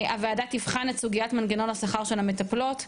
הוועדה תבחן את סוגיית מנגנון השכר של המטפלות,